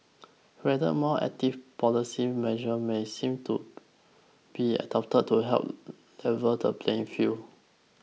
rather more active policy measures may seem to be adopted to help level the playing field